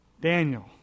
Daniel